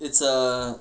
it's a